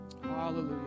Hallelujah